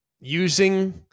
using